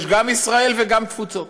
יש גם ישראל וגם תפוצות,